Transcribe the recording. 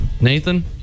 Nathan